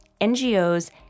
NGOs